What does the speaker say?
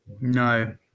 no